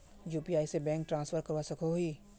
UPI से bank transfer करवा सकोहो ही?